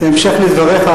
בהמשך לדבריך,